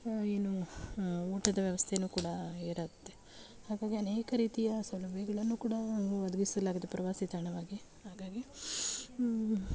ಏನು ಊಟದ ವ್ಯವಸ್ಥೆಯೂ ಕೂಡ ಇರುತ್ತೆ ಹಾಗಾಗಿ ಅನೇಕ ರೀತಿಯ ಸೌಲಭ್ಯಗಳನ್ನು ಕೂಡ ಒದಗಿಸಲಾಗಿದೆ ಪ್ರವಾಸಿ ತಾಣವಾಗಿ ಹಾಗಾಗಿ